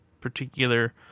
particular